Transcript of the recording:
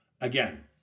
Again